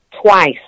Twice